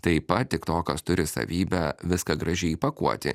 taip pat tik tokas turi savybę viską gražiai įpakuoti